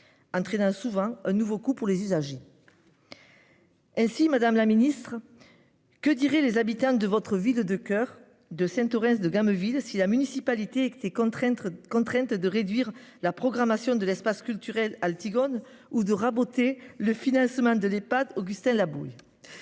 D'un souvent un nouveau coup pour les usagers.-- Et si Madame la Ministre. Que diraient les habitants de votre ville de coeur de Saint-Orens de gamme ville si la municipalité que. Contrainte de réduire la programmation de l'espace culturel. Ou de raboter le financement de l'Epad Augustin la bouille.